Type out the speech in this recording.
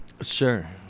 Sure